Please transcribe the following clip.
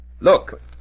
Look